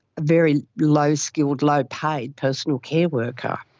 very low skilled, low paid personal care worker.